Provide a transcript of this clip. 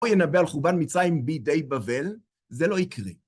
או ינבא על חובן מצרים בידי בבל, זה לא יקרה.